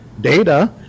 data